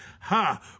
ha